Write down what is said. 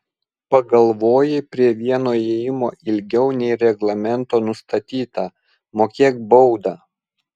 pagalvojai prie vieno ėjimo ilgiau nei reglamento nustatyta mokėk baudą